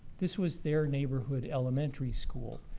this was their neighborhood elementary school.